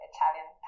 Italian